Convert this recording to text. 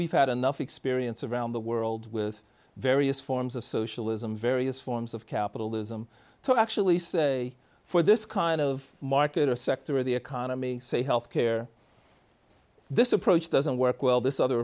we've had enough experience around the world with various forms of socialism various forms of capitalism to actually say for this kind of market a sector of the economy say health care this approach doesn't work well this other